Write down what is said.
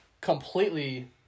completely